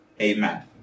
amen